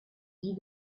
die